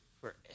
forever